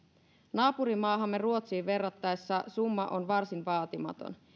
naapurimaahamme ruotsiin verrattaessa summa on varsin vaatimaton